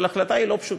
אבל ההחלטה היא לא פשוטה,